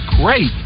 great